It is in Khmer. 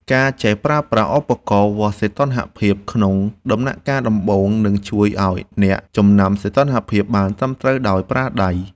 ការចេះប្រើប្រាស់ឧបករណ៍វាស់សីតុណ្ហភាពក្នុងដំណាក់កាលដំបូង នឹងជួយឱ្យអ្នកចំណាំសីតុណ្ហភាពបានត្រឹមត្រូវដោយប្រើដៃ។